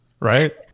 Right